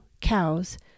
cows